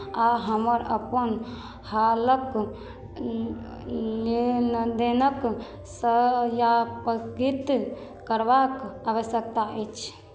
आ हमर अपन हालक लेनदेनक सत्यापित करबाक आवश्यकता अछि